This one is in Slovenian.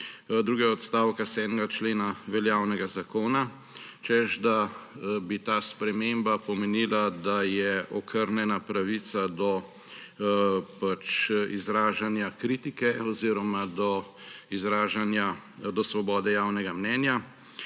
drugega odstavka 7. člena veljavnega zakona, češ da bi ta sprememba pomenila, da je okrnjena pravica do izražanja kritike oziroma do svobode javnega mnenja.